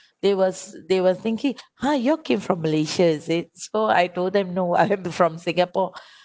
they was they were thinking !huh! you all came from malaysia said so I told them no I have the from singapore